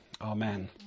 Amen